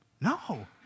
No